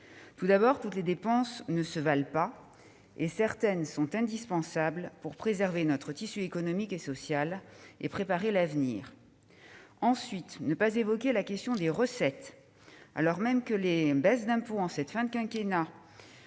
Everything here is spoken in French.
Tout d'abord, toutes les dépenses ne se valent pas et certaines sont indispensables pour préserver notre tissu économique et social, et préparer l'avenir. Ensuite, ne pas évoquer la question des recettes, alors même que les baisses d'impôts en cette fin de quinquennat